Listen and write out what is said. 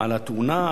על התאונה,